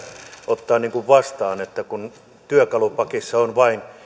ottaa vastaan kun työkalupakissa on vain